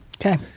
Okay